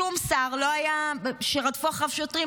שום שר שרדפו אחריו שוטרים,